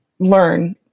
learn